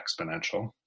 exponential